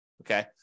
okay